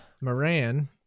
Moran